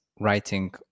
writing